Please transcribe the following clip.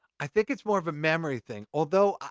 i think it's more of a memory thing. although,